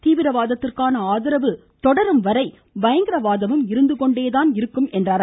தீவிரவாதத்திற்கான ஆதரவு தொடரும் வரை பயங்கரவாதமும் இருந்து கொண்டே இருக்கும் என்றார்